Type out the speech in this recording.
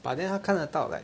but then 他看得到 like